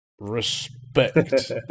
respect